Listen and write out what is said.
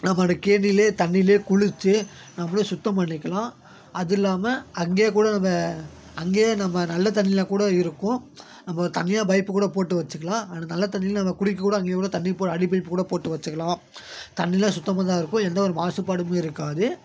நம்ம அந்த கேணியில் தண்ணியில் குளித்து நம்மளும் சுத்தம் பண்ணிக்கலாம் அது இல்லாமல் அங்கேயே கூட நம்ம அங்கேயே நம்ம நல்ல தண்ணிலாம் கூட இருக்கும் நம்ம ஒரு தனியாக பைப் கூட போட்டு வச்சிக்கலாம் அந்த நல்ல தண்ணியில் நம்ம குடிக்க கூட அங்கேயே கூட தண்ணி போ அடி பைப் கூட போட்டு வச்சிக்கலாம் தண்ணிலாம் சுத்தமாக தான் இருக்கும் எந்த ஒரு மாசுபாடும் இருக்காது